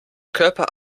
körper